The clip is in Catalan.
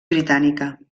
britànica